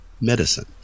Medicine